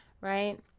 Right